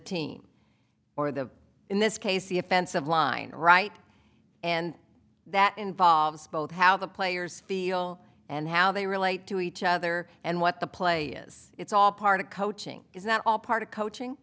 team or the in this case the offensive line right and that involves both how the players feel and how they relate to each other and what the play is it's all part of coaching is that all part of coaching